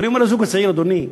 אני אומר לזוג הצעיר: אדוני,